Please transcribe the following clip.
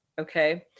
Okay